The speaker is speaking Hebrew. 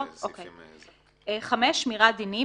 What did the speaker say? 5. שמירת דינים.